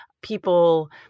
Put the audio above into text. people